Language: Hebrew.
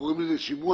יש את התהליך